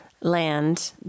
land